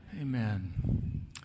Amen